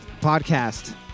Podcast